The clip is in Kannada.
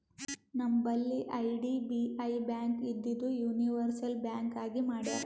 ನಂಬಲ್ಲಿ ಐ.ಡಿ.ಬಿ.ಐ ಬ್ಯಾಂಕ್ ಇದ್ದಿದು ಯೂನಿವರ್ಸಲ್ ಬ್ಯಾಂಕ್ ಆಗಿ ಮಾಡ್ಯಾರ್